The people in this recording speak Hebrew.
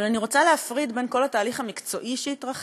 אבל אני רוצה להפריד בין כל התהליך המקצועי שהתרחש